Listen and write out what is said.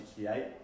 1968